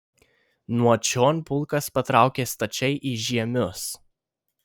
nuo čion pulkas patraukė stačiai į žiemius